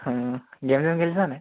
অঁ গেম চেম খেলিছানে